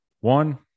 one